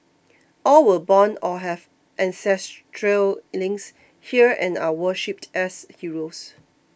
all were born or have ancestral links here and are worshipped as heroes